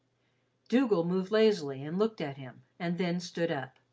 dougal moved lazily and looked at him, and then stood up.